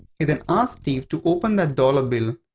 he then asks steve to open that dollar bill,